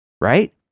right